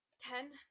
ten